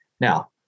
Now